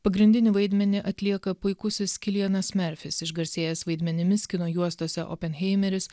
pagrindinį vaidmenį atlieka puikusis kilianas merfis išgarsėjęs vaidmenimis kino juostose openheimeris